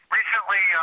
Recently